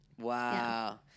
Wow